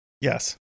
Yes